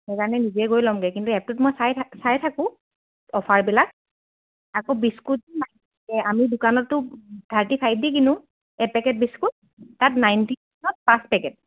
সেইকাৰণে নিজে গৈ ল'মগে কিন্তু এপটোত মই চাই চাই থাকোঁ অ'ফাৰবিলাক আকৌ বিস্কুট আমি দোকানতো থাৰ্টি ফাইভে দি কিনো এপেকেট বিস্কুট তাত নাইনটি পাঁচ পেকেট